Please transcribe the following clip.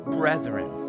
brethren